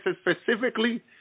specifically